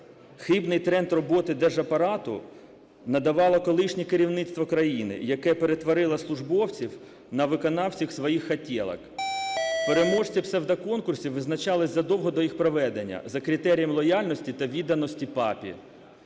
Хибний тренд роботи держапарату надавало колишнє керівництво країни, яке перетворило службовців на виконавців своїх хотєлок. Переможців псевдоконкурсів визначали задовго до їх проведення за критерієм лояльності та відданості "папі".